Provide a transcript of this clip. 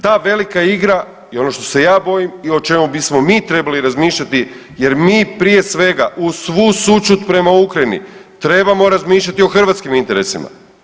Ta velika igra i ono što se ja bojim i o čemu bismo mi trebali razmišljati jer mi prije svega uz svu sućut prema Ukrajini trebamo razmišljati o hrvatskim interesima.